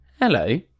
Hello